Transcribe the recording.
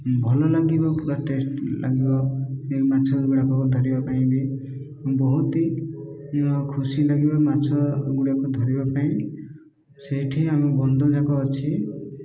ଭଲ ଲାଗିବ ପୁରା ଟେଷ୍ଟ ଲାଗିବ ଏ ମାଛ ଗୁଡ଼ାକ ଧରିବା ପାଇଁ ବି ବହୁତି ଖୁସି ଲାଗିବ ମାଛ ଗୁଡ଼ାକ ଧରିବା ପାଇଁ ସେଇଠି ଆମ ବନ୍ଧଯାକ ଅଛି